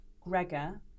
Gregor